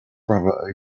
brother